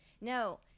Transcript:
no